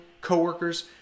coworkers